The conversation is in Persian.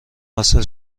حاصل